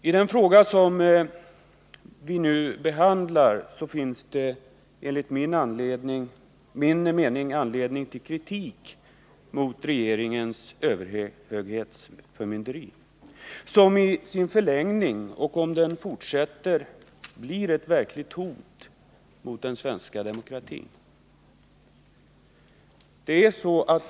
I den fråga som vi nu behandlar finns det enligt min mening anledning till kritik mot regeringens överhöghetsförmynderi, som i sin förlängning och om det fortsätter blir ett verkligt hot mot den svenska demokratin.